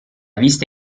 vista